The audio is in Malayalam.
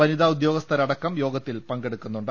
വനിതാ ഉദ്യോഗസ്ഥരടക്കം യോഗത്തിൽ പങ്കെടുക്കുന്നുണ്ട്